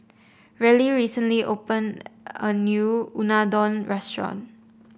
Reilly recently opened a new Unadon Restaurant